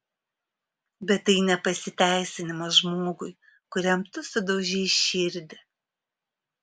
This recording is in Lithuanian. bet tai ne pasiteisinimas žmogui kuriam tu sudaužei širdį